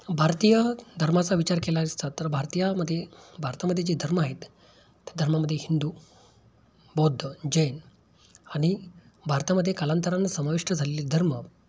भारतीय धर्माचा विचार केला असता तर भारतीयामध्ये भारतामध्ये जे धर्म आहेत त्या धर्मामधे हिंदू बौद्ध जैन आणि भारतामध्ये कालांतरानं समाविष्ट झालेले धर्म